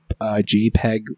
jpeg